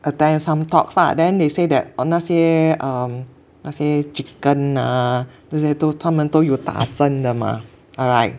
attend some talks lah then they say that um 那些 um 那些 chicken ah 啊这些都他们都有打针的嘛 alright